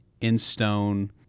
in-stone